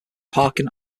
parking